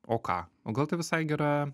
o ką o gal tai visai gera